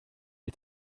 die